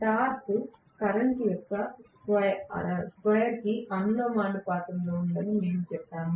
torque current యొక్క square కి అనులోమానుపాతంలో ఉందని మేము చెప్పాము